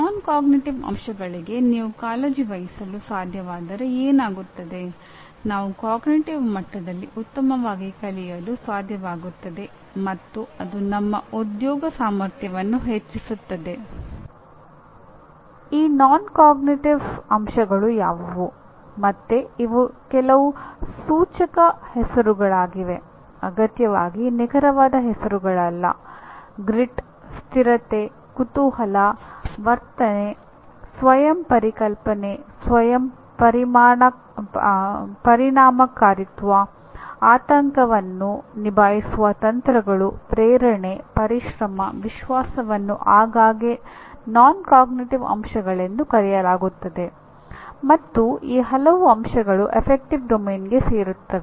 ನಾನ್ cognitive ಸೇರುತ್ತವೆ